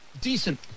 decent